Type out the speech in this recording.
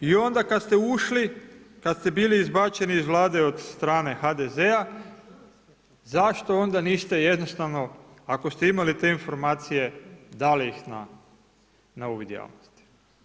I onda kada ste ušli, kada ste bili izbačeni iz Vlade iz strane HDZ-a, zašto onda niste jednostavno, ako ste imali te informacije, dali ih na uvid javnosti.